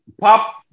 Pop